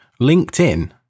LinkedIn